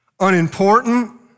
unimportant